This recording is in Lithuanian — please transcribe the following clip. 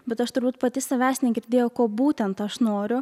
bet aš turbūt pati savęs negirdėjau ko būtent aš noriu